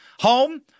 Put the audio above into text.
home